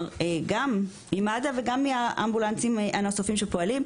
ממד"א וגם מהאמבולנסים הנוספים שפועלים,